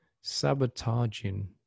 sabotaging